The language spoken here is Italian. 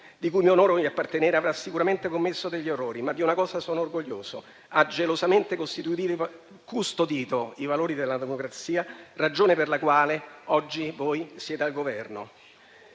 cui mi onoro di appartenere, avrà sicuramente commesso degli errori, ma di una cosa sono orgoglioso: ha gelosamente custodito i valori della democrazia, ragione per la quale oggi voi siete al Governo.